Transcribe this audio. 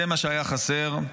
זה מה שהיה חסר.